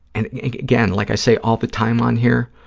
and, again, like i say all the time on here,